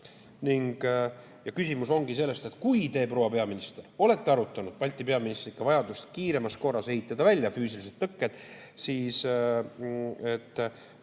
Küsimus ongi selles, et kui te, proua peaminister, olete arutanud Balti peaministritega vajadust kiiremas korras ehitada välja füüsilised tõkked, siis kas